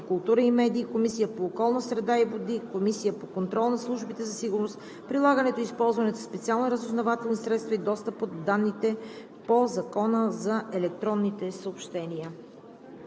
култура и медии, Комисията по околната среда и водите, Комисията за контрол над службите за сигурност, прилагането и използването на специални разузнавателни средства и достъпа до данните по Закона за електронните съобщения.